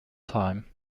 time